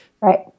Right